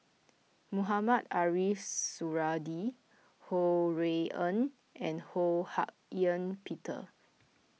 Mohamed Ariff Suradi Ho Rui An and Ho Hak Ean Peter